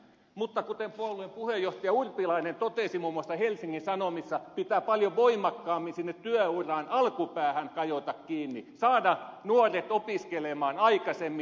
mutta kuten puolueen puheenjohtaja urpilainen totesi muun muassa helsingin sanomissa pitää paljon voimakkaammin sinne työuran alkupäähän kajota saada nuoret opiskelemaan aikaisemmin